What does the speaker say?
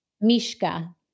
Mishka